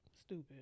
stupid